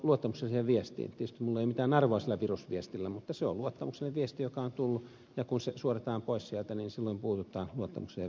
tietysti minulle ei ole mitään arvoa sillä virusviestillä mutta se on luottamuksellinen viesti joka on tullut ja kun se suodatetaan pois sieltä niin silloin puututaan luottamukselliseen viestiin